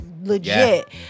legit